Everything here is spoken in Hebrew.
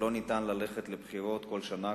לא ניתן ללכת לבחירות כל שנה,